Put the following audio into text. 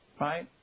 right